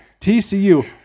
TCU